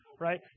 right